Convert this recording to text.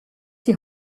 die